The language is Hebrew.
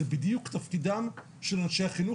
זה בדיוק תפקידם של אנשי החינוך.